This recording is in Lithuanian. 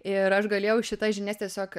ir aš galėjau šitas žinias tiesiog